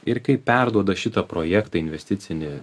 ir kai perduoda šitą projektį investicinį